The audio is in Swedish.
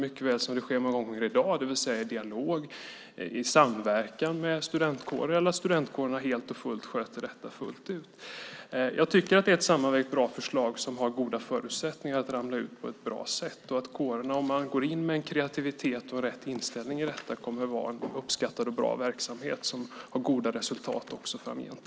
Mycket kan ske som det gör i dag, det vill säga i dialog, i samverkan, med studentkårerna eller att studentkårerna sköter detta fullt ut. Jag tycker att det är ett sammanvägt bra förslag som har goda förutsättningar att falla ut på ett bra sätt. Om man går in med kreativitet och rätt inställning till detta kommer kårerna att vara en uppskattad och bra verksamhet som kommer att ge goda resultat framgent.